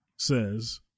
says